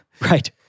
right